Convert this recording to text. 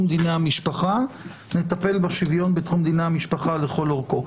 דיני המשפחה נטפל בשוויון בתחום דיני המשפחה לכל אורכו.